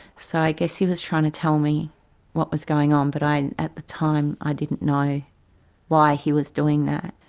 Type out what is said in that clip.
so i guess he was trying to tell me what was going on, but at the time i didn't know why he was doing that.